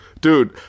Dude